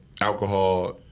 alcohol